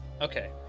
Okay